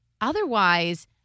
otherwise